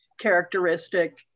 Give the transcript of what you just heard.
characteristic